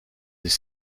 des